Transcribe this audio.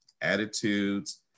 attitudes